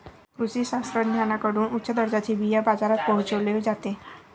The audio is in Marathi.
कृषी शास्त्रज्ञांकडून उच्च दर्जाचे बिया बाजारात पोहोचवले जाते